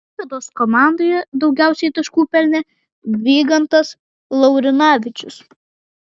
klaipėdos komandoje daugiausiai taškų pelnė vygantas laurinavičius